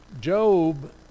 Job